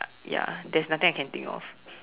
ya there's nothing I can think of